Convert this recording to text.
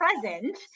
present